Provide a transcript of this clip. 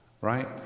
right